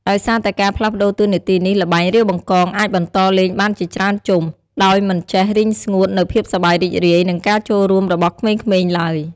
ដោយសារតែការផ្លាស់ប្តូរតួនាទីនេះ ល្បែង រាវបង្កង អាចបន្តលេងបានជាច្រើនជុំ ដោយមិនចេះរីងស្ងួតនូវភាពសប្បាយរីករាយ និងការចូលរួមរបស់ក្មេងៗឡើយ។